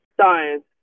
science